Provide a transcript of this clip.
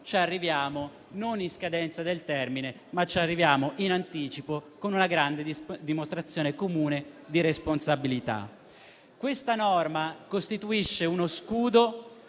arriviamo non in scadenza del termine, ma ci arriviamo in anticipo, con una grande dimostrazione comune di responsabilità. Questa norma costituisce uno scudo